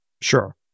Sure